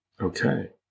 Okay